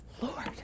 Lord